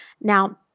Now